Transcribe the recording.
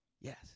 Yes